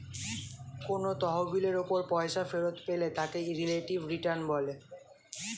কোন তহবিলের উপর পয়সা ফেরত পেলে তাকে রিলেটিভ রিটার্ন বলে